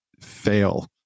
fail